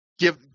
Give